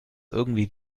irgendwie